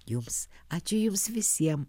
jums ačiū jums visiem